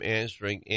answering